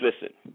listen